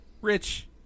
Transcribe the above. rich